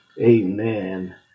Amen